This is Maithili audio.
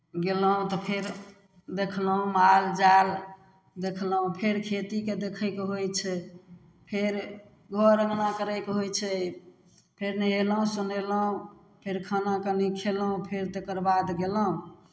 गयलहुँ तऽ फेर देखलहुँ माल जाल देखलहुँ फेर खेतीकेँ देखयके होइ छै फेर घर अङ्गना करयके होइ छै फेर नहयलहुँ सुनयलहुँ फेर खाना कनि खयलहुँ फेर तकर बाद गयलहुँ